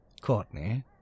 Courtney